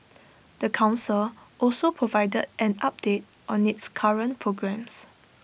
the Council also provided an update on its current programmes